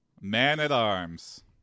Man-at-Arms